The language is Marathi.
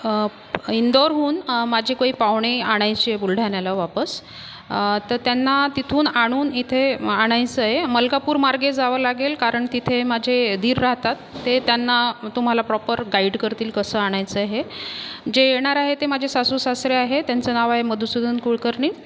इंदौरहून माझे काही पाहुणे आणायचे आहे बुलढाण्याला वापस तर त्यांना तिथून आणून इथे आणायचंय मलकापुरमार्गे जावं लागेल कारण तिथे माझे दीर राहतात ते त्यांना तुम्हाला प्रॉपर गाइड करतील कसं आणायचंय हे जे येणार आहेत ते माझे सासू सासरे आहेत त्यांचं नाव आहे मधुसूदन कुलकर्णी